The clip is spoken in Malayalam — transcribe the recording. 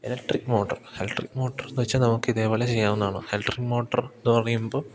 ഇലക്ട്രിക് മോട്ടർ ഇലക്ട്രിക് മോട്ടർന്ന് വെച്ചാൽ നമുക്ക് ഇതേപോലെ ചെയ്യാവുന്നതാണ് ഇലക്ട്രിക് മോട്ടർന്ന് പറയുമ്പോൾ